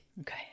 Okay